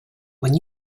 when